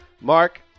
Mark